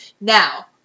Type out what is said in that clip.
Now